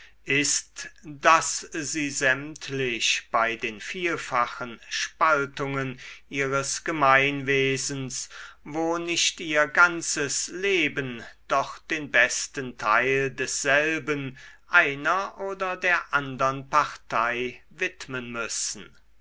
ist daß sie sämtlich bei den vielfachen spaltungen ihres gemeinwesens wo nicht ihr ganzes leben doch den besten teil desselben einer oder der andern partei widmen müssen